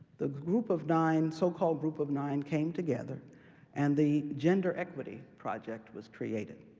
the group of nine, so-called group of nine, came together and the gender equity project was created.